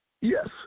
Yes